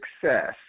success